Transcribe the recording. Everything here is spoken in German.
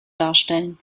darstellen